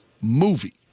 movie